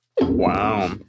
Wow